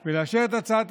בבקשה,